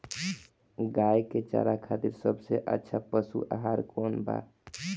गाय के चारा खातिर सबसे अच्छा पशु आहार कौन बा?